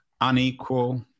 unequal